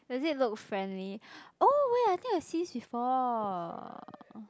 does it look friendly oh wait I think I see this before